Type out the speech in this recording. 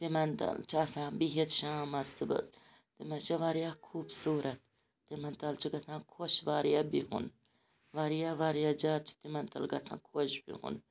تِمَن تَل چھِ آسان بِہِتھ شامَس صُبحَس تِم حظ چھِ واریاہ خوٗبصوٗرَت تِمَن تَل چھُ گَژھان خۄش واریاہ بِہُن واریاہ واریاہ زیادٕ چھُ تِمَن تَل خۄش گَژھان بِہُن